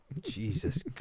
jesus